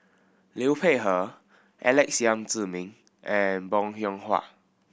Liu Peihe Alex Yam Ziming and Bong Hiong Hwa